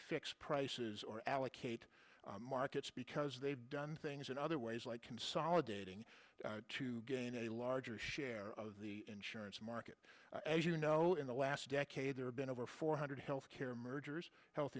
fix prices or allocate markets because they've done things in other ways like consolidating to gain a larger share of the insurance market as you know in the last decade there have been over four hundred healthcare mergers health